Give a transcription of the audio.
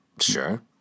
Sure